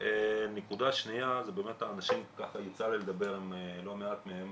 נקודה שנייה, יצא לי לדבר עם לא מעט מהם